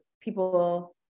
people